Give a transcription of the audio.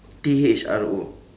T H R O